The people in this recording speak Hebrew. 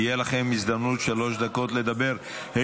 תהיה לכם הזדמנות לדבר, שלוש דקות.